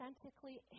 authentically